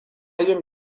yin